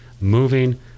moving